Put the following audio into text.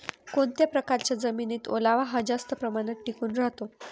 कोणत्या प्रकारच्या जमिनीत ओलावा हा जास्त प्रमाणात टिकून राहतो?